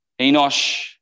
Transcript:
Enosh